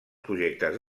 projectes